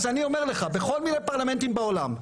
אז אני אומר לך, בכל מיני פרלמנטים בעולם.